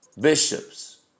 bishops